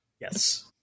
Yes